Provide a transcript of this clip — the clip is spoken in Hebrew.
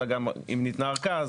אלא גם אם ניתנה אורכה,